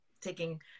taking